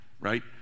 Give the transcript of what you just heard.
right